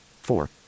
Four